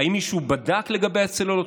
האם מישהו בדק לגבי הצוללות?